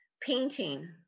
painting